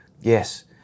Yes